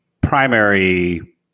primary